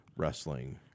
wrestling